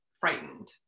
frightened